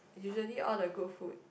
usually all the good food